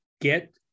get